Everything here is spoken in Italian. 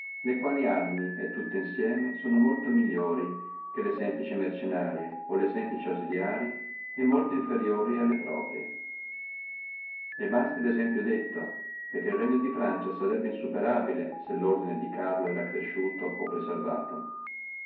le quali arme tutte insieme sono molto migliori che le semplici ausiliarie o le semplici mercennarie e molto inferiore alle proprie e basti lo esemplo detto perché el regno di francia sarebbe insuperabile se lordine di carlo era accresciuto o preservato